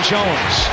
Jones